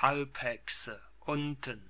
halbhexe unten